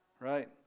Right